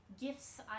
gifts